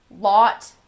Lot